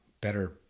better